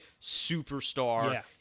superstar